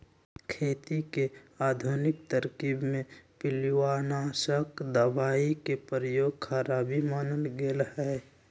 खेती के आधुनिक तरकिब में पिलुआनाशक दबाई के प्रयोग खराबी मानल गेलइ ह